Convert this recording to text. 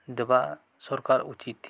ଦେବା ସରକାର ଉଚିତ୍